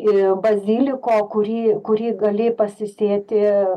į baziliko kurį kurį gali pasisėti